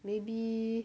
maybe